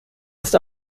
ist